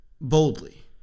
boldly